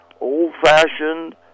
old-fashioned